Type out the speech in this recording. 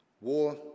War